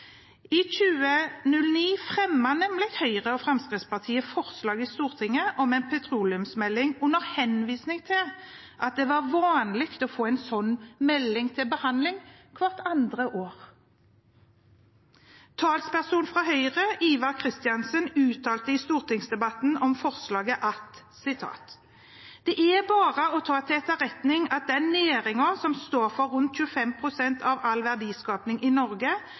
I 2009 fremmet nemlig Høyre og Fremskrittspartiet forslag i Stortinget om en petroleumsmelding, under henvisning til at det var vanlig å få en slik melding til behandling hvert andre år. Talspersonen fra Høyre, Ivar Kristiansen, uttalte i stortingsdebatten om forslaget: «Det er bare å ta til etterretning at den næringen som står for rundt 25 pst. av all verdiskaping i Norge,